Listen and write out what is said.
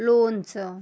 लोणचं